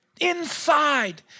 inside